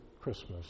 Christmas